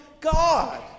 God